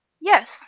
Yes